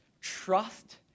trust